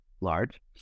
large